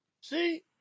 See